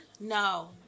No